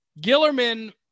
Gillerman